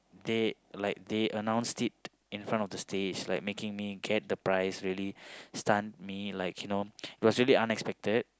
they like they announce it in front of the stage like making me get the prize really stunned me like you know it was really unexpected